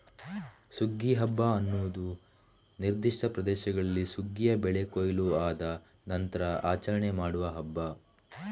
ಸುಗ್ಗಿ ಹಬ್ಬ ಅನ್ನುದು ನಿರ್ದಿಷ್ಟ ಪ್ರದೇಶಗಳಲ್ಲಿ ಸುಗ್ಗಿಯ ಬೆಳೆ ಕೊಯ್ಲು ಆದ ನಂತ್ರ ಆಚರಣೆ ಮಾಡುವ ಹಬ್ಬ